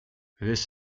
this